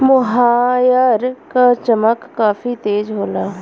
मोहायर क चमक काफी तेज होला